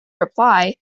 reply